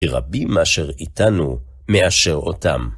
הרבים מאשר איתנו, מאשר אותם.